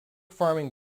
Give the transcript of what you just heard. farming